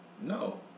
No